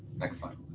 next slide.